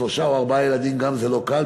וגם אם זה רק שלושה או ארבעה ילדים זה לא קל,